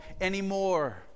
anymore